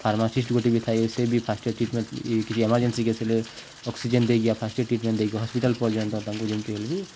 pharmacist ଗୋଟେ ବି ଏ ସେ ବି ଫାଷ୍ଟଏଡ୍ ଟ୍ରିଟମେଣ୍ଟ କିଛି ଏମର୍ଜେନ୍ସି କେସ୍ ହେଲେ ଦେଇକି ଫାଷ୍ଟଏଡ୍ ଟ୍ରିଟମେଣ୍ଟ ଦେଇକି ହସ୍ପିଟାଲ ପର୍ଯ୍ୟନ୍ତ ତାଙ୍କୁ ଯେମିତି ହେଲେ ବି